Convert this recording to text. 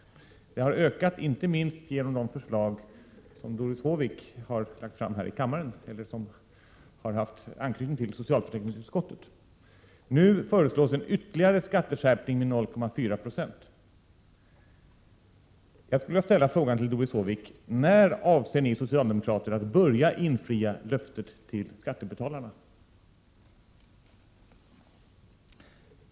Det har ökat inte minst till följd av de förslag som Doris Håvik har lagt fram här i kammaren eller som har haft anknytning till socialförsäkringsutskottet. Nu föreslås en ytterligare skatteskärpning med 0,4 90. Jag skulle vilja fråga Doris Håvik: När avser ni socialdemokrater att börja infria löftet till skattebetalarna?